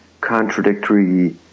contradictory